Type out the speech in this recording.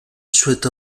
souhaite